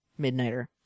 Midnighter